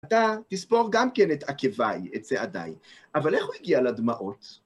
אתה תספור גם כן את עקביי, את צעדיי, אבל איך הוא הגיע לדמעות?